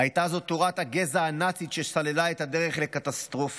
הייתה זאת תורת הגזע הנאצית שסללה את הדרך לקטסטרופה,